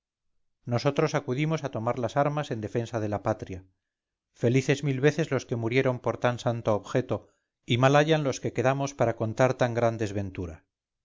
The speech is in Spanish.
nosotros acudimos a tomar las armas en defensa de la patria felices mil veces los que murieron por tan santo objeto y mal hayan los que quedamos para contar tan gran desventura